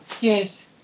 Yes